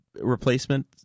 replacement